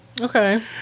Okay